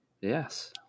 Yes